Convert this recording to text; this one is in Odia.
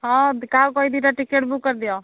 ହଁ କାହାକୁ କହି ଦୁଇ'ଟା ଟିକେଟ୍ ବୁକ୍ କରିଦିଅ